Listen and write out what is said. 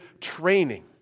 training